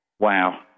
Wow